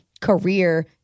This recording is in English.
career